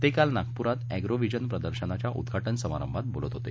ते काल नागपूर इथं अॅग्रो व्हिजन प्रदर्शनाच्या उद्घाटन समारंभात बोलत होते